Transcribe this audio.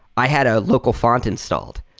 i had a local font installed,